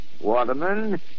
Waterman